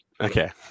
Okay